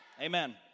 Amen